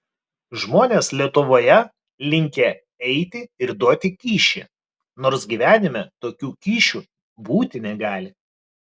žmonės lietuvoje linkę eiti ir duoti kyšį nors gyvenime tokių kyšių būti negali